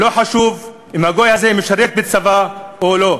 ולא חשוב אם הגוי הזה משרת בצבא או לא.